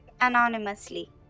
anonymously